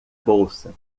bolsa